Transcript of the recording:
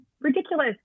ridiculous